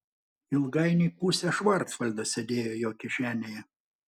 ilgainiui pusė švarcvaldo sėdėjo jo kišenėje